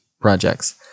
projects